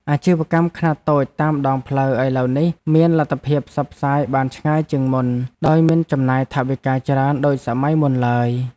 អាជីវកម្មខ្នាតតូចតាមដងផ្លូវឥឡូវនេះមានលទ្ធភាពផ្សព្វផ្សាយបានឆ្ងាយជាងមុនដោយមិនចំណាយថវិកាច្រើនដូចសម័យមុនឡើយ។